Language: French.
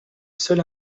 seul